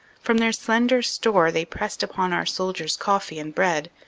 from their slender store they pressed upon our soldiers coffee and bread,